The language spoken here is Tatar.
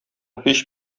һич